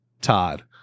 Todd